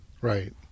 right